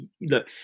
Look